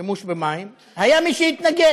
שימוש במים, היה מי שהתנגד.